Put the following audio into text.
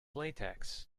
latex